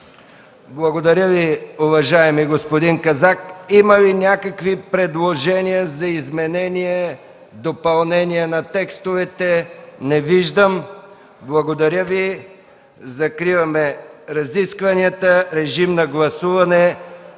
Благодаря Ви, уважаеми господин Казак. Има ли някакви предложения за изменение, допълнение на текстовете? Не виждам. Благодаря Ви. Закривам разискванията. Режим на гласуване